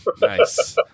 Nice